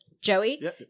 Joey